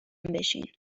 بشین